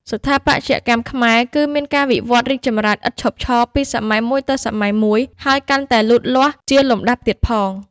ស្ថាបត្យកម្មខ្មែរ គឺ មានការវិវត្តរីកចម្រើន ឥតឈប់ឈរ ពី សម័យមួយទៅសម័យមួយ ហើយកាន់តែលូតលាស់ជាលំដាប់ទៀតផង ។